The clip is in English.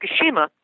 Fukushima